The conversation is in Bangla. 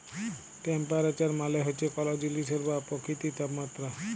টেম্পারেচার মালে হছে কল জিলিসের বা পকিতির তাপমাত্রা